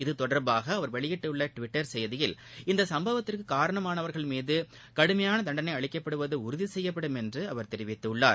இது தொடர்பாகஅவர் வெளியிட்டுள்ளடுவிட்டர் செய்தியில் இந்தசம்பவத்திற்குகாரணமானவர்கள் மீதுகடுமையானதண்டனைஅளிக்கப்படுவதுஉறுதிசெய்யப்படும் என்றுஅவர் தெரிவித்துள்ளார்